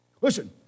Listen